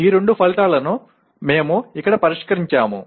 ఈ రెండు ఫలితాలను మేము ఇక్కడ పరిష్కరించాము